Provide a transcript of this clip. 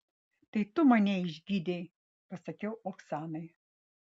tai tu mane išgydei pasakiau oksanai